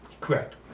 Correct